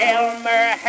Elmer